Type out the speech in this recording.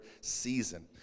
season